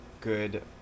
good